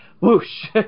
whoosh